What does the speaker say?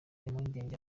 impungenge